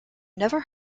never